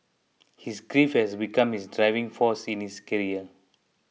his grief has become his driving force in his career